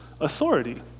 authority